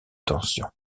tension